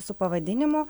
su pavadinimu